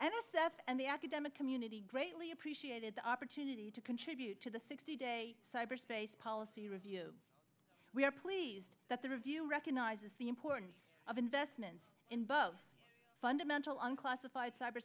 s f and the academic community greatly appreciated the opportunity to contribute to the sixty day cyberspace policy review we are pleased that the review recognizes the importance of investments in both fundamental and classified cyber